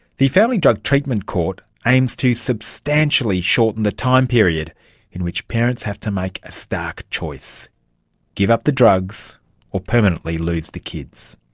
the family drug treatment court aims to substantially shorten the time period in which parents have to make a stark choice give up the drugs or permanently lose the kids.